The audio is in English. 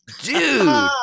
Dude